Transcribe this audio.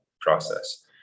process